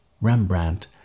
rembrandt